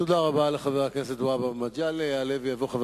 תודה רבה לחבר הכנסת מגלי והבה.